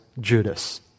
Judas